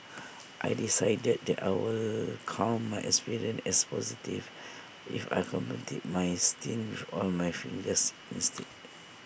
I decided that I would count my experience as positive if I completed my stint with all my fingers instinct